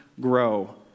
grow